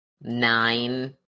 Nine